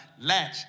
latch